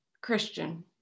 Christian